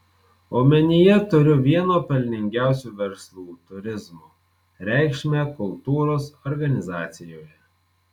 omenyje turiu vieno pelningiausių verslų turizmo reikšmę kultūros organizacijoje